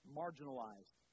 marginalized